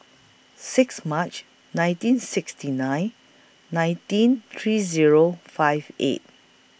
six March nineteen sixty nine nineteen three Zero five eight